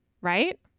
right